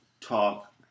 talk